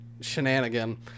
shenanigan